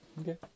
Okay